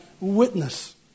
witness